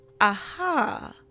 aha